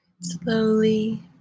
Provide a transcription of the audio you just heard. Slowly